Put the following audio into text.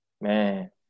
man